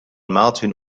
martin